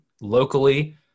locally